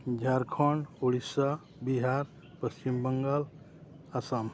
Jharkhand Orissa Bihar Paschimbanga Assam